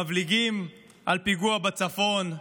מבליגים על פיגוע בצפון,